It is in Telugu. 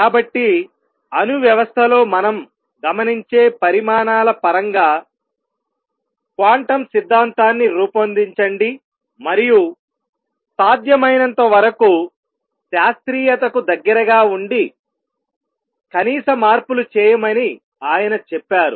కాబట్టి అణు వ్యవస్థలో మనం గమనించే పరిమాణాల పరంగా క్వాంటం సిద్ధాంతాన్ని రూపొందించండి మరియు సాధ్యమైనంతవరకు శాస్త్రీయతకు దగ్గరగా ఉండి కనీస మార్పులు చేయమని ఆయన చెప్పారు